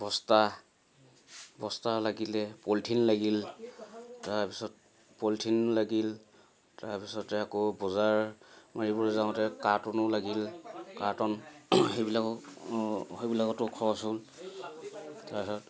বস্তা বস্তা লাগিলে পলিথিন লাগিল তাৰপিছত পলিথিন লাগিল তাৰপিছতে আকৌ বজাৰ মাৰিবলৈ যাওঁতে কাৰ্টনো লাগিল কাৰ্টন সেইবিলাকো সেইবিলাকতো খৰচ হ'ল তাৰপিছত